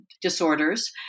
disorders